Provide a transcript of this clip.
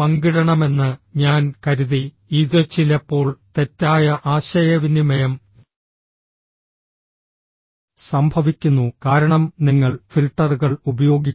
പങ്കിടണമെന്ന് ഞാൻ കരുതി ഇത് ചിലപ്പോൾ തെറ്റായ ആശയവിനിമയം സംഭവിക്കുന്നു കാരണം നിങ്ങൾ ഫിൽട്ടറുകൾ ഉപയോഗിക്കുന്നു